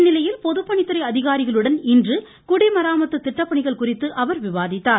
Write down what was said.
இந்நிலையில் பொதுப்பணித்துறை அதிகாரிகளுடன் இன்று குடி மராமத்து திட்டப்பணிகள் குறித்து அவர் விவாதித்தார்